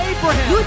Abraham